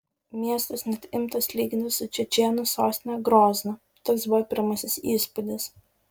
miestas net imtas lyginti su čečėnų sostine groznu toks buvo pirmasis įspūdis